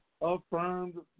affirmed